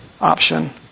option